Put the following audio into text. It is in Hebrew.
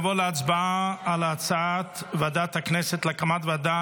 נעבור להצבעה על הצעת ועדת הכנסת להקמת ועדה